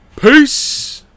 Peace